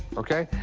ok?